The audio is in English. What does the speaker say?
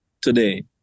today